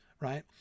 right